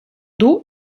dos